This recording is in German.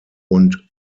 und